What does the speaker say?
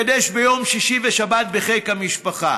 אני מקדש ביום שישי ושבת בחיק המשפחה,